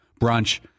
brunch